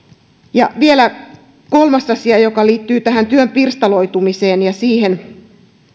ja vielä kolmas asia joka liittyy työn pirstaloitumiseen ja siihen